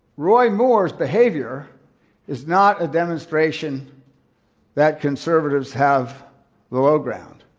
roy moore's behavior is not a demonstration that conservatives have the low ground.